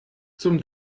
zum